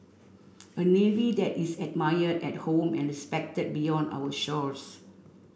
a navy that is admired at home and respected beyond our shores